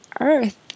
earth